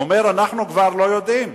הוא אומר: אנחנו כבר לא יודעים.